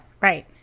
right